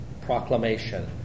proclamation